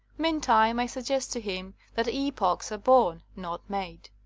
meantime i suggest to him that epochs are born, not made.